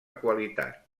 qualitat